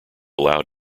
allowed